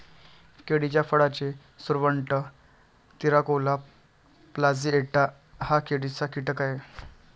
केळीच्या फळाचा सुरवंट, तिराकोला प्लॅजिएटा हा केळीचा कीटक आहे